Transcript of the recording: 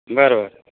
बरं बरं